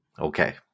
okay